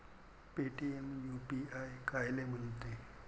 Paytm UPI कायले म्हनते?